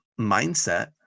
mindset